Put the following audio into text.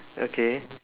okay